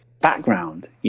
background